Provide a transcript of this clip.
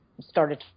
started